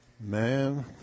man